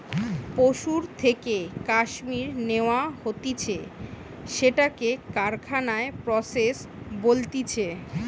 পশুর থেকে কাশ্মীর ন্যাওয়া হতিছে সেটাকে কারখানায় প্রসেস বলতিছে